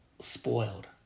spoiled